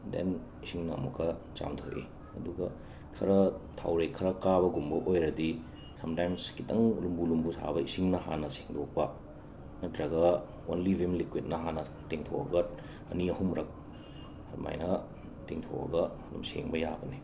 then ꯏꯁꯤꯡꯅ ꯑꯃꯨꯛꯀ ꯆꯥꯝꯊꯣꯛꯏ ꯑꯗꯨꯒ ꯈꯔ ꯊꯥꯎꯔꯦꯛ ꯈꯔ ꯀꯥꯕꯒꯨꯝꯕ ꯑꯣꯏꯔꯗꯤ ꯁꯝꯇꯥꯏꯝꯁ ꯈꯤꯇꯪ ꯂꯨꯝꯕꯨ ꯂꯨꯝꯕꯨ ꯁꯥꯕ ꯏꯁꯤꯡꯅ ꯍꯥꯟꯅ ꯁꯦꯡꯗꯣꯛꯄ ꯅꯠꯇ꯭ꯔꯒ ꯑꯣꯟꯂꯤ ꯚꯤꯝ ꯂꯤꯀ꯭ꯋꯤꯠ ꯍꯥꯟꯅ ꯇꯦꯡꯊꯣꯛꯑꯒ ꯑꯅꯤ ꯑꯍꯨꯝꯔꯛ ꯑꯗꯨꯃꯥꯏꯅ ꯇꯦꯡꯊꯣꯛꯑꯒ ꯑꯗꯨꯝ ꯁꯦꯡꯕ ꯌꯥꯕꯅꯤ